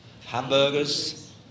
Hamburgers